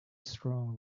strong